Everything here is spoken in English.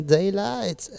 Daylight